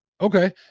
Okay